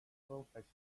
roupas